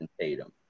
Tatum